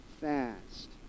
fast